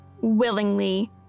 willingly